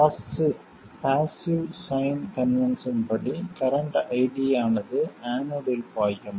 passive sign convention படி current ID ஆனது ஆனோடில் பாயும்